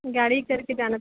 गाड़ी ही करके जाना